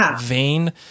vein